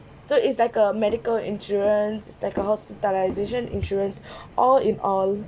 so it's like a medical insurance it's like a hospitalisation insurance all in all